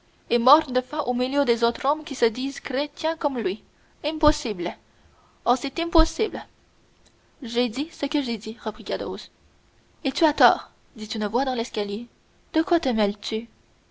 est mort de faim au milieu d'autres hommes qui se disent chrétiens comme lui impossible oh c'est impossible j'ai dit ce que j'ai dit reprit caderousse et tu as tort dit une voix dans l'escalier de quoi te